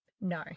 no